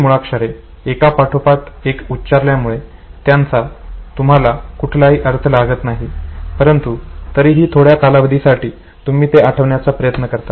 ही मुळाक्षरे एकापाठोपाठ एक उच्चारल्यामुळे त्याचा तुम्हाला कुठलाही अर्थ लागत नाही परंतु तरीही थोड्या कालावधीसाठी तुम्ही ते आठवण्याचा प्रयत्न करतात